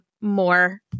more